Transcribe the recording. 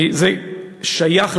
זה שייך לחוק המשילות.